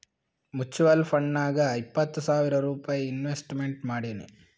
mutual ಫಂಡ್ನಾಗ್ ಇಪ್ಪತ್ತು ಸಾವಿರ್ ರೂಪೈ ಇನ್ವೆಸ್ಟ್ಮೆಂಟ್ ಮಾಡೀನಿ